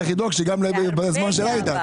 צריך לדאוג שגם בזמן של עאידה לא יהיו הצבעות.